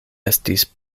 estis